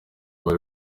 bari